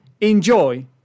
enjoy